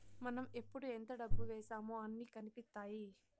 మనం ఎప్పుడు ఎంత డబ్బు వేశామో అన్ని కనిపిత్తాయి